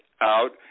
out